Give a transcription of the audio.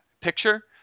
picture